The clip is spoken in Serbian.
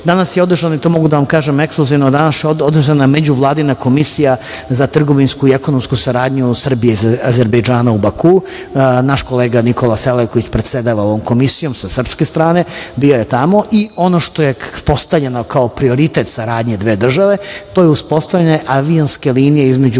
danas je održana, i to mogu da vam kažem ekskluzivno, Međuvladina komisija za trgovinsku i ekonomsku saradnju Srbije i Azerbejdžana u Bakuu. Naš kolega Nikola Selaković predsedava ovom komisijom sa srpske strane, bio je tamo. Ono što je postavljeno kao prioritet saradnje dve države, to je uspostavljanje avionske linije između